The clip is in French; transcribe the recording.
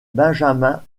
benjamin